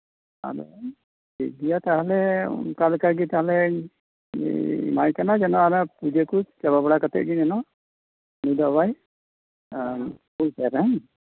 ᱟᱫᱚ ᱴᱷᱤᱠ ᱜᱮᱭᱟ ᱛᱟᱦᱞᱮ ᱚᱱᱠᱟ ᱞᱮᱠᱟᱜᱮ ᱛᱟᱦᱚᱞᱮ ᱮᱢᱟᱭ ᱠᱟᱱᱟ ᱡᱮᱱᱚ ᱯᱩᱡᱟᱹ ᱠᱚ ᱪᱟᱵᱟ ᱵᱟᱲᱟ ᱠᱟᱛᱮᱫ ᱜᱮ ᱡᱮᱱᱚ ᱱᱩᱭ ᱫᱚ ᱟᱵᱟᱨ ᱠᱩᱞ ᱠᱟᱭᱢᱮ